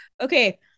Okay